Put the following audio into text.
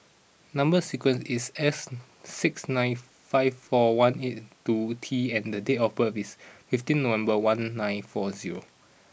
number sequence is S six nine five four one eight two T and the date of birth is fifteen November one nine four zero